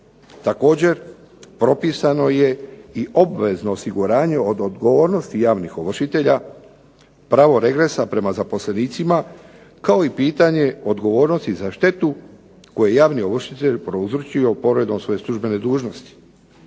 Također, propisano je i obvezno osiguranje od odgovornosti javnih ovršitelja, pravo regresa prema zaposlenicima, kao i pitanje odgovornosti za štetu koju je javni ovršitelj prouzročio povredom svoje službene dužnosti.